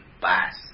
pass